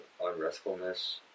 unrestfulness